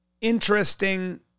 interesting